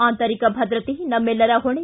ಆಂತರಿಕ ಭದ್ರತೆ ನಮ್ಮೆಲ್ಲರ ಹೊಣೆ